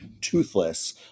toothless